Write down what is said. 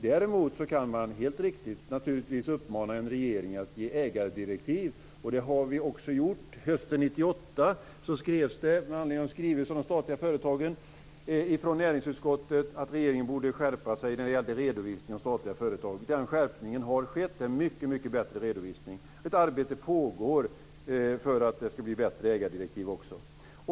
Däremot kan man helt riktigt naturligtvis uppmana en regering att ge ägardirektiv. Det har vi också gjort. Hösten 1998 skrevs det med anledning av skrivelsen om de statliga företagen från näringsutskottet att regeringen borde skärpa sig när det gäller redovisningen av statliga företag. Den skärpningen har skett. Det är mycket bättre redovisning. Ett arbete pågår för att det också ska bli bättre ägardirektiv.